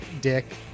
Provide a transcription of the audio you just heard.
Dick